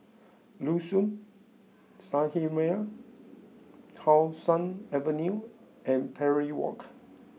Liuxun Sanhemiao How Sun Avenue and Parry Walk